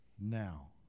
now